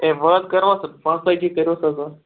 ہے وۄنۍ حظ کَروسہٕ پانٛژھ تٲجی کٔرۍہُس حظ وۄنۍ